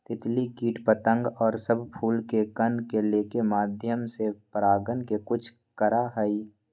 तितली कीट पतंग और सब फूल के कण के लेके माध्यम से परागण के कुछ करा हई